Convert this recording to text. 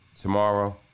tomorrow